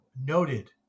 noted